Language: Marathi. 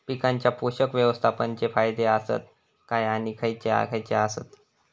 पीकांच्या पोषक व्यवस्थापन चे फायदे आसत काय आणि खैयचे खैयचे आसत?